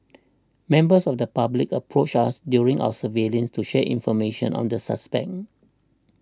members of the public approached us during our surveillance to share information on the suspect